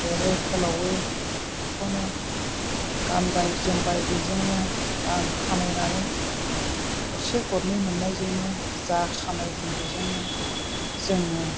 फेदेरो फोलावो बेखौनो गानबाय जोमबाय बेजोंनो रां खामायनानै गरसे गरनै मोननाय जोंनो जा खामायदों बेजोंनो जोङो